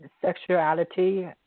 sexuality